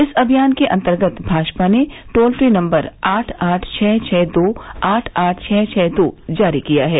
इस अभियान के अंतर्गत भाजपा ने टोल फ्री नम्बर आठ आठ छः छः दो आठ आठ छः छः दो जारी किया हैं